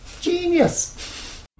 genius